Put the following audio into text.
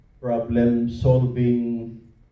problem-solving